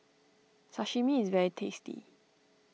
Sashimi is very tasty